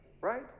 Right